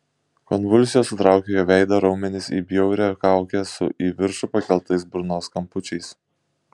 konvulsijos sutraukė jo veido raumenis į bjaurią kaukę su į viršų pakeltais burnos kampučiais